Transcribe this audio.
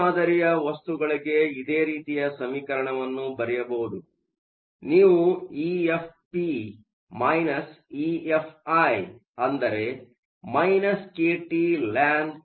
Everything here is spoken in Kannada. ಪಿ ಮಾದರಿಯ ವಸ್ತುಗಳಿಗೆ ಇದೇ ರೀತಿಯ ಸಮೀಕರಣವನ್ನು ಬರೆಯಬಹುದು ಆದ್ದರಿಂದ ನೀವು ಇಎಫ್ಪಿ ಇಎಫ್ಐ ಅಂದರೆ kTlnNANi